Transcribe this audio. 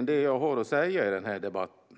vad jag har att säga i debatten.